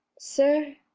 sir!